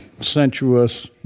sensuous